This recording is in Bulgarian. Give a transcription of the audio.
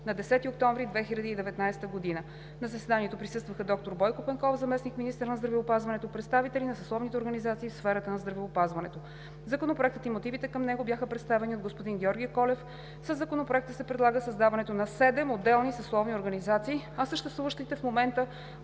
на 10 октомври 2019 г. На заседанието присъстваха: доктор Бойко Пенков – заместник-министър на здравеопазването, представители на съсловните организации в сферата на здравеопазването. Законопроектът и мотивите към него бяха представени от господин Георги Колев. Със Законопроекта се предлага създаването на седем отделни съсловни организации, а съществуващата в момента